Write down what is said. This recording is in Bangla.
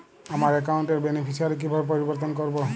আমার অ্যাকাউন্ট র বেনিফিসিয়ারি কিভাবে পরিবর্তন করবো?